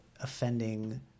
offending